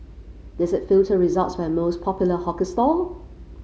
does it filter results by most popular hawker stall